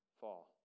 fall